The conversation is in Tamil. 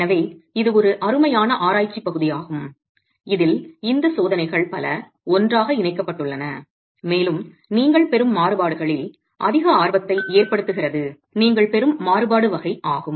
எனவே இது ஒரு அருமையான ஆராய்ச்சிப் பகுதியாகும் இதில் இந்த சோதனைகள் பல ஒன்றாக இணைக்கப்பட்டுள்ளன மேலும் நீங்கள் பெறும் மாறுபாடுகளில் அதிக ஆர்வத்தை ஏற்படுத்துகிறது நீங்கள் பெறும் மாறுபாடு வகை ஆகும்